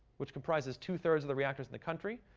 which comprises two three of the reactors in the country,